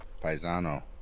Paisano